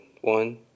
one